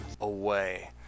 away